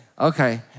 okay